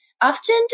Often